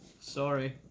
Sorry